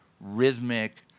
rhythmic